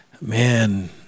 Man